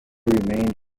remained